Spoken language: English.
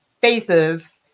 faces